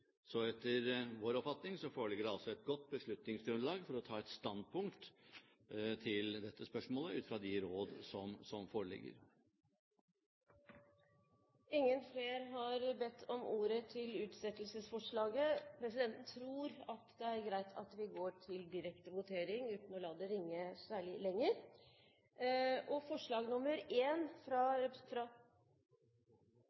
Så etter vår oppfatning foreligger det altså et godt beslutningsgrunnlag for å ta et standpunkt til dette spørsmålet ut fra de råd som foreligger. Flere har ikke bedt om ordet til utsettelsesforslaget. Presidenten tror det er greit at vi går til direkte votering, uten å la det ringe særlig lenger. Votering over utsettelsesforslag Forslag nr. 1, fra